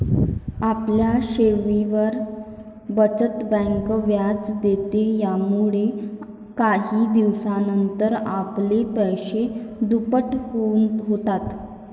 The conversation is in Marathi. आपल्या ठेवींवर, बचत बँक व्याज देते, यामुळेच काही दिवसानंतर आपले पैसे दुप्पट होतात